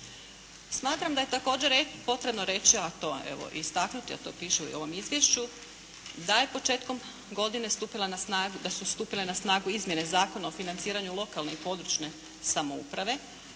Smatram da je također potrebno reći a to evo i istaknuti a to piše i u ovom izvješću da su početkom godine stupile na snagu izmjene Zakona o financiranju lokalne i područne samouprave